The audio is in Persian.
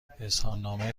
اظهارنامه